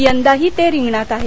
यंदाही ते रिंगणार आहेत